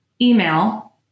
email